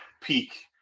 peak